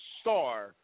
star